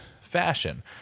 fashion